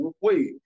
wait